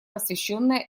посвященное